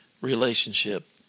relationship